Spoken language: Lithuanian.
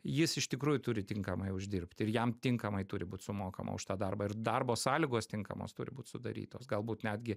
jis iš tikrųjų turi tinkamai uždirbt ir jam tinkamai turi būt sumokama už tą darbą ir darbo sąlygos tinkamos turi būt sudarytos galbūt netgi